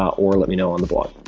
or let me know on the blog.